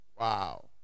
Wow